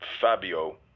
Fabio